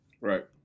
Right